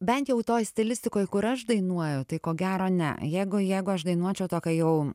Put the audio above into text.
bent jau toj stilistikoj kur aš dainuoju tai ko gero ne jeigu jeigu aš dainuočiau tokią jau